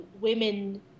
women